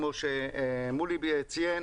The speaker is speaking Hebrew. כמו שמולי ציין,